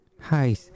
hi